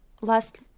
last